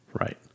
Right